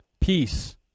peace